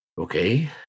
Okay